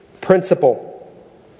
principle